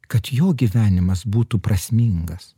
kad jo gyvenimas būtų prasmingas